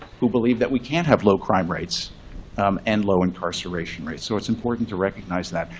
who believe that we can't have low crime rates and low incarceration rates. so it's important to recognize that.